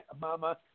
Mama